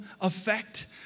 effect